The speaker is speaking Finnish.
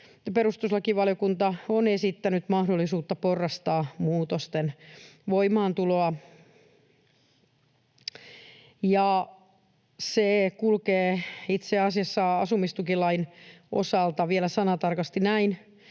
perustuslakivaliokunta on esittänyt mahdollisuutta porrastaa muutosten voimaantuloa. Se kulkee itse asiassa asumistukilain osalta vielä sanatarkasti näin: